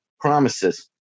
promises